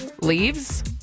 Leaves